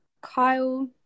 Kyle